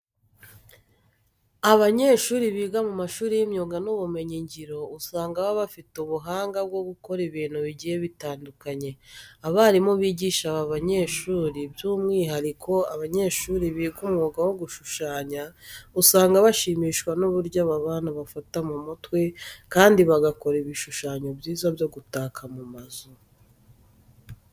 Abanyeshuri biga mu mashuri y'imyuga n'ubumenyingiro usanga baba bafite ubuhanga bwo gukora ibintu bigiye bitandukanye. Abarimu bigisha aba banyeshuri by'umwihariko abanyeshuri biga umwuga wo gushushanya, usanga bashimishwa n'uburyo aba bana bafata mu mutwe kandi bagakora ibishushanyo byiza byo gutaka mu mazu.